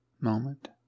moment